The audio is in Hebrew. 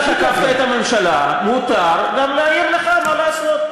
אתה תקפת את הממשלה, מותר גם להעיר לך, מה לעשות.